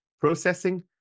processing